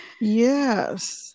Yes